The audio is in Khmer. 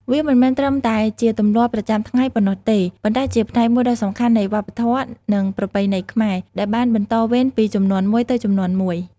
វាមិនមែនត្រឹមតែជាទម្លាប់ប្រចាំថ្ងៃប៉ុណ្ណោះទេ ប៉ុន្តែជាផ្នែកមួយដ៏សំខាន់នៃវប្បធម៌ និងប្រពៃណីខ្មែរ ដែលបានបន្តវេនពីជំនាន់មួយទៅជំនាន់មួយ។